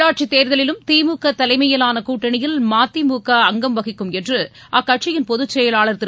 உள்ளாட்சித் தேர்தலிலும் திமுக தலைமையிலான கூட்டணியில் மதிமுக அங்கம் வகிக்கும் என்று அக்கட்சியின் பொதுச் செயலாளர் திரு